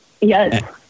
Yes